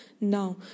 Now